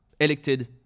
elected